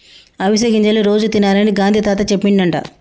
అవిసె గింజలు రోజు తినాలని గాంధీ తాత చెప్పిండట